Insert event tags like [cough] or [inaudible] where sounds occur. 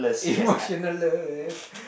emotionless [breath]